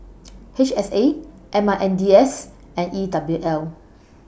H S A M I N D S and E W L